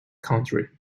country